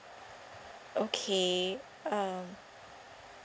okay um